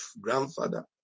grandfather